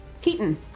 keaton